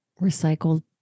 recycled